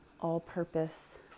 all-purpose